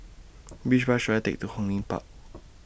Which Bus should I Take to Hong Lim Park